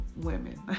women